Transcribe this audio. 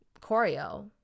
Choreo